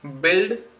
build